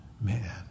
man